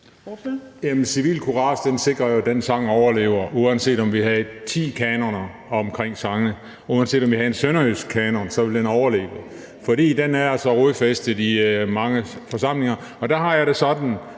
civil courage sikrer jo, at den sang overlever. Uanset om vi har ti kanoner om sange, og uanset om vi har en sønderjysk kanon, så vil den overleve, fordi den er så rodfæstet i mange forsamlinger. Der har jeg det sådan,